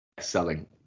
Selling